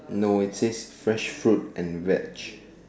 no it says fresh fruit and veg